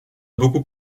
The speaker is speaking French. beaucoup